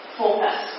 focus